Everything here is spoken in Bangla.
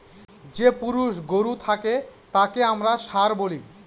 যে পুরুষ গরু থাকে তাকে আমরা ষাঁড় বলি